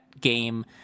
game